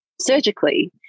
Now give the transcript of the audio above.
surgically